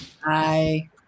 Hi